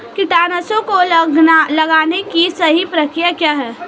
कीटनाशकों को लगाने की सही प्रक्रिया क्या है?